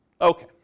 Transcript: Okay